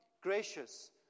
gracious